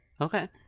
Okay